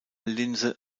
linse